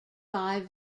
five